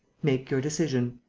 make your decision.